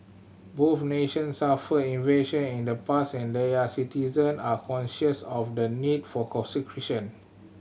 both nation suffered invasion in the past and their citizen are conscious of the need for conscription